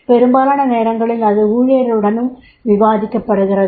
பெரும்பாலான நேரங்களில் அது ஊழியருடனும் விவாதிக்கப்படுகிறது